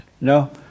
No